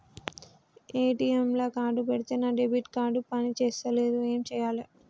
ATM లా card పెడితే నా డెబిట్ కార్డ్ పని చేస్తలేదు ఏం చేయాలే?